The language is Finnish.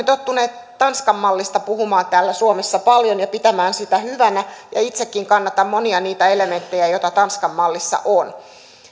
tottuneet tanskan mallista puhumaan täällä suomessa paljon ja pitämään sitä hyvänä ja itsekin kannatan monia niitä elementtejä joita tanskan mallissa on